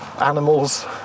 animals